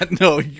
No